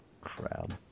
Crowd